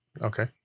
Okay